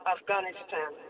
Afghanistan